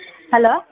hello